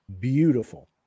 Beautiful